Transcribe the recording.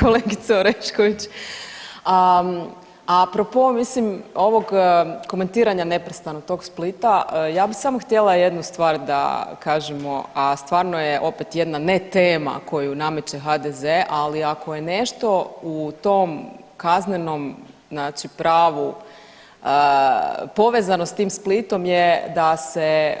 Kolegice Orešković, apropo mislim ovog komentiranja neprestano tog Splita, ja bih samo htjela jednu stvar da kažemo, a stvarno je opet jedna netema koju nameće HDZ, ali, ako je nešto u tom kaznenom znači pravu povezano s tim Splitom je da se,